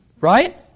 Right